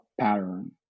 pattern